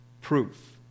proof